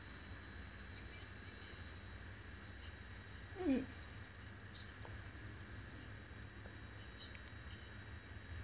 mm